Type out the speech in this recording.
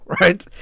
right